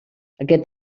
aquest